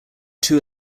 two